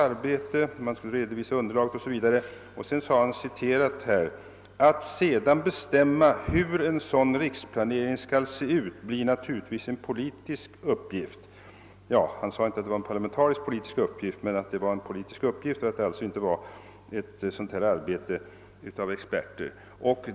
sade dåvarande kommunikationsministern statsrådet Palme år 1967: »Att sedan bestämma hur en sådan riksplanering skall se ut blir naturligtvis en politisk uppgift.» Han sade den gången inte att det var en parlamentarisk politisk uppgift. Han framhöll dock att det var en politisk uppgift och inte ett expertarbete.